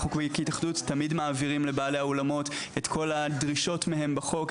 תמיד מעבירים לבעלי האולמות את כל הדרישות מהם בחוק,